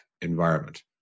environment